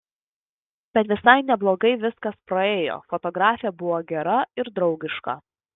bet visai neblogai viskas praėjo fotografė buvo gera ir draugiška